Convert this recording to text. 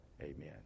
amen